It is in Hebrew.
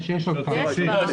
יש עוד דברים.